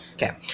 Okay